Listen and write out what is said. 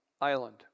island